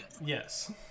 Yes